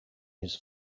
his